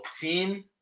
team